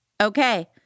okay